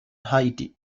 haiti